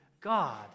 God